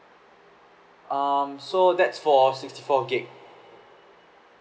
um so that's for sixty four gig